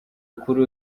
kuri